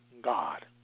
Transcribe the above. God